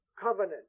covenant